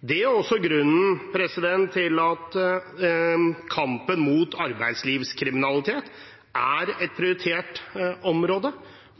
Det er også grunnen til at kampen mot arbeidslivskriminalitet er –